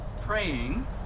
praying